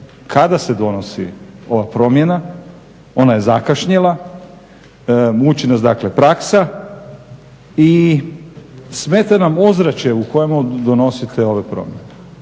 kada se donosi ova promjena. Ona je zakašnjela. Muči nas dakle praksa i smeta nam ozračje u kojemu donosite ove promjene,